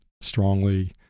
strongly